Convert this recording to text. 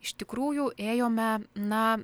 iš tikrųjų ėjome na